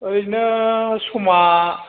ओरैनो समा